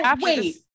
wait